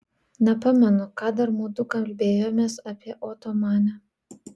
nepamenu ką dar mudu kalbėjomės apie otomanę